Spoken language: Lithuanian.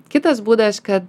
kitas būdas kad